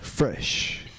Fresh